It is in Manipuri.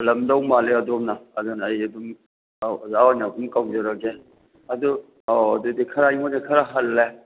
ꯍꯜꯂꯝꯒꯗꯧꯕ ꯃꯥꯜꯂꯦ ꯑꯗꯣꯝꯅ ꯑꯗꯨꯅ ꯑꯩ ꯑꯗꯨꯝ ꯑꯣꯖꯥ ꯑꯣꯏꯅ ꯑꯗꯨꯝ ꯀꯧꯖꯔꯒꯦ ꯑꯗꯨ ꯑꯣ ꯑꯗꯨꯗꯤ ꯈꯔ ꯑꯩꯉꯣꯟꯗꯒꯤ ꯈꯔ ꯍꯜꯂꯦ